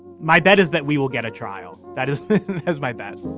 my bet is that we will get a trial. that is as my bet